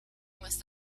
must